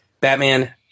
Batman